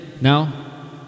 now